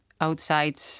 outside